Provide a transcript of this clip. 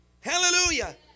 Hallelujah